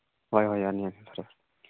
ꯍꯣꯏ ꯍꯣꯏ ꯌꯥꯅꯤ ꯌꯥꯅꯤ ꯐꯔꯦ